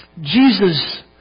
Jesus